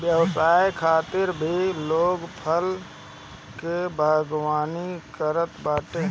व्यवसाय खातिर भी लोग फल के बागवानी करत बाटे